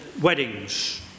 weddings